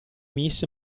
miss